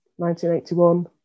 1981